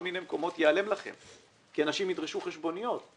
מקומות ייעלם לכם כי אנשים ידרשו חשבוניות.